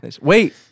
wait